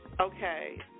Okay